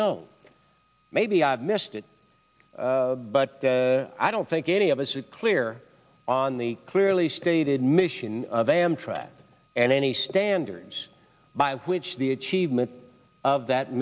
know maybe i've missed it but i don't think any of us are clear on the clearly stated mission of amtrak and any standards by which the achievement of that